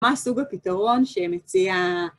מה הסוג הפתרון שמציע?